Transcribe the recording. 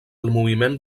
moviment